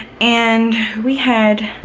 and we had